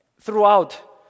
throughout